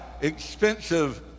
expensive